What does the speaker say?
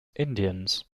indians